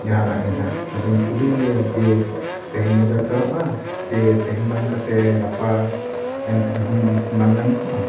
ᱡᱟᱦᱟᱱᱟᱜ ᱜᱮ ᱱᱟᱦᱟᱜ ᱟᱫᱚᱧ ᱠᱩᱞᱤᱭᱮᱭᱟ ᱡᱮ ᱛᱮᱦᱮᱧ ᱜᱮ ᱫᱚᱨᱠᱟᱨᱚᱜ ᱪᱮ ᱛᱮᱦᱮᱧ ᱵᱟᱝ ᱠᱟᱛᱮᱫ ᱜᱟᱯᱟ ᱢᱮᱱᱠᱷᱟᱱ ᱦᱩᱱᱟᱹᱝ ᱵᱟᱝ ᱜᱟᱱ ᱠᱚᱜᱼᱟ